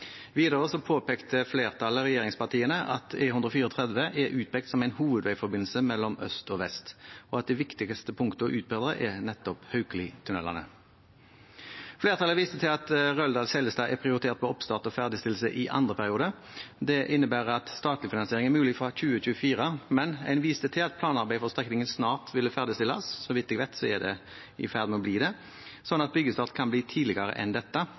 Videre påpekte flertallet av regjeringspartiene at E134 er utpekt som en hovedveiforbindelse mellom øst og vest, og at det viktigste punktet å utbedre er nettopp Haukeli-tunnelene. Flertallet viste til at Røldal–Seljestad er prioritert på oppstart og ferdigstillelse i andre periode. Det innebærer at statlig finansiering er mulig fra 2024. Men en viste til at planarbeidet for strekningen snart ville ferdigstilles – og så vidt jeg vet, er det i ferd med å bli det – så byggestart kan bli tidligere enn dette.